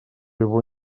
его